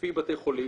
לפי בתי חולים,